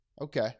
Okay